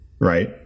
right